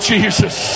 Jesus